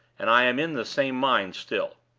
and i am in the same mind still.